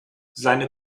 seine